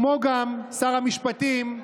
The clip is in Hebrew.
כמו גם שר המשפטים,